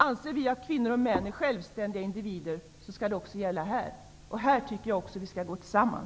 Om man anser att kvinnor och män är självständiga individer, skall det även gälla här. Jag tycker att vi skall gå samman.